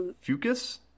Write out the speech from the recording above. Fucus